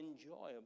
enjoyable